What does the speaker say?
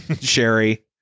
sherry